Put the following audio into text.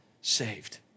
saved